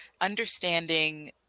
understanding